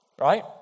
Right